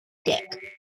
deck